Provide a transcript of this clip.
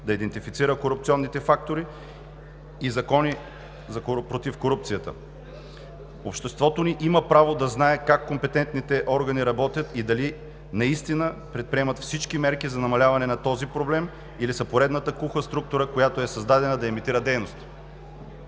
да идентифицира корупционните фактори и закони против корупцията. Обществото ни има право да знае как компетентните органи работят и дали наистина предприемат всички мерки за намаляване на този проблем, или са поредната куха структура, която е създадена да имитира дейност.